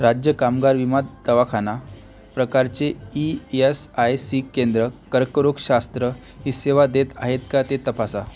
राज्य कामगार विमा दवाखाना प्रकारचे ई येस आय सी केंद्र कर्करोगशास्त्र ही सेवा देत आहे का ते तपासा